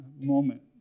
moment